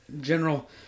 general